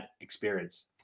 experience